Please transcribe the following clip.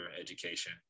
education